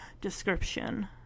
description